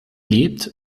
lebt